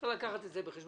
צריך לקחת את זה בחשבון.